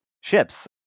ships